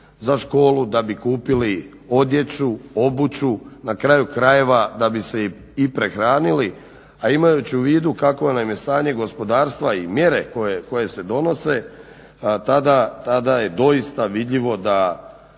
za školu, da bi kupili odjeću, obuću na kraju krajeve da bi se i prehranili. A imajući u vidu kakvo nam je stanje gospodarstva i mjere koje se donose tada je doista vidljivo da